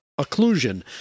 occlusion